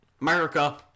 America